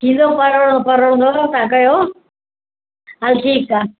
ठीकु आहे पर पर तव्हां कयो हलु ठीकु आहे